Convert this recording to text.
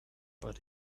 but